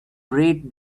rate